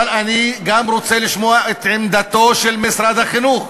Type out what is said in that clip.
אבל אני גם רוצה לשמוע את עמדתו של משרד החינוך,